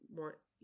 want